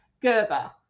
Gerber